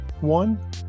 one